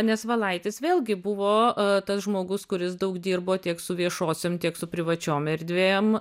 nes valaitis vėlgi buvo tas žmogus kuris daug dirbo tiek su viešosiom tiek su privačiom erdvėm